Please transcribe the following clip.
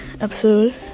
episode